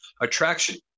attraction